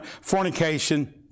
fornication